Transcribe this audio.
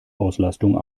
auslastung